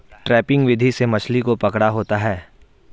trapping विधि से मछली को पकड़ा होता है